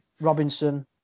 Robinson